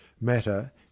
Matter